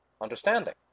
understanding